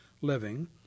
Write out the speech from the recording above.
living